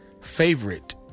favorite